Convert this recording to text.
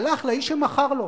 הלך לאיש שמכר לו.